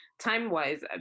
time-wise